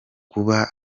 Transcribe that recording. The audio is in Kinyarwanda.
kuba